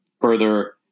further –